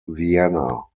vienna